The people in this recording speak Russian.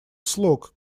слог